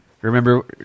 remember